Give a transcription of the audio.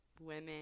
women